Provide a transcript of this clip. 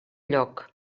lloc